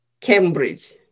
Cambridge